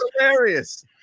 hilarious